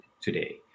today